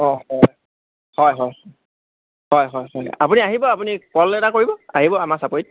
অঁ হয় হয় হয় হয় হয় হয় আপুনি আহিব আপুনি কল এটা কৰিব আহিব আমাৰ চাপৰিত